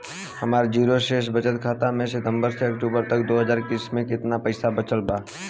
हमार जीरो शेष बचत खाता में सितंबर से अक्तूबर में दो हज़ार इक्कीस में केतना पइसा बचल बा?